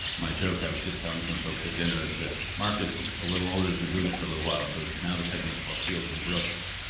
my joke, i was just telling some folks at dinner is that marcus, a little older, has been doing it for a little while, so now the segment is called shields and brooks.